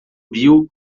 bill